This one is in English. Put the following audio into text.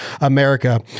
America